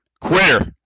Quitter